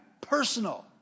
personal